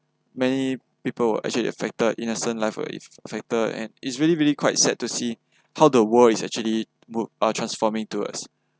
many people will actually affected innocent life will affected and it's really really quite sad to see how the world is actually would uh transforming towards